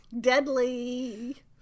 Deadly